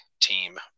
team